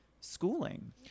schooling